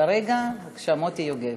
כרגע, בבקשה, מוטי יוגב.